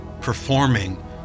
performing